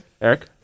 Eric